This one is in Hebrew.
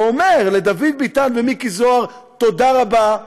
ואומר לדוד ביטן ומיקי זוהר: תודה רבה,